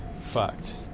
fucked